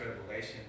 revelation